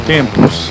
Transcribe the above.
Tempos